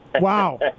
Wow